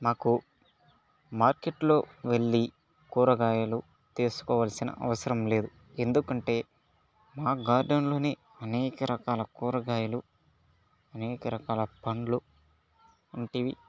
మాకు మార్కెట్ లో వెళ్లి కూరగాయలు తీసుకోవలసిన అవసరం లేదు ఎందుకంటే మా గార్డెన్ లోనే అనేక రకాల కూరగాయలు అనేక రకాల పండ్లు వంటివి